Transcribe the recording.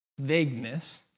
vagueness